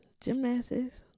gymnastics